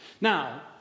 Now